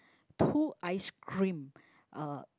two ice cream uh